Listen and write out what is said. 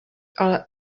ale